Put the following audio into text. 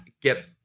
get